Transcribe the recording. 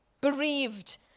bereaved